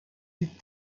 die